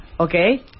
Okay